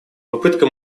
попытка